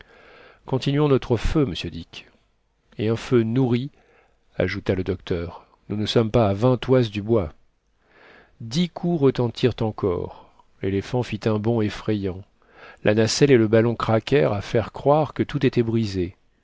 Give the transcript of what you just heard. continuons notre feu monsieur dick et un feu nourri ajouta le docteur nous ne sommes pas à vingt toises du bois dix coups retentirent encore léléphant fit un bond effrayant la nacelle et le ballon craquèrent à faire croire que tout était brisé